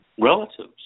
relatives